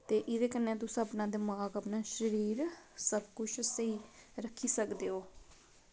ते इदे कन्नै तुस अपना दमाक अपना शरीर सब कुश स्हेई रक्खी सकदे ओ